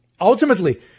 Ultimately